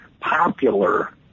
popular